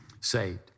saved